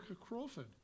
Crawford